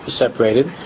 separated